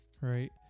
right